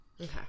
Okay